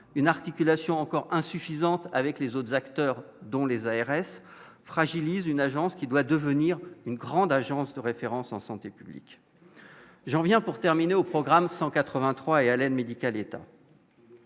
une articulation encore insuffisante avec les autres acteurs dont les ARS fragilise une agence qui doit devenir une grande agence de référence en santé publique, j'en viens pour terminer au programme 183 et à l'aide médicale État.